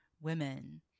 women